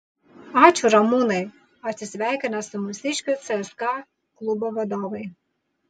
ačiū ramūnai atsisveikina su mūsiškiu cska klubo vadovai